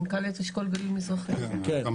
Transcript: בחורה